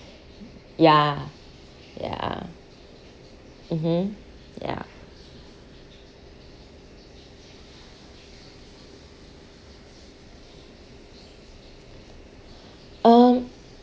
ya ya mmhmm ya um